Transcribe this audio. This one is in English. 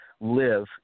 live